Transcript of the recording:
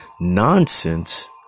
nonsense